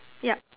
yeah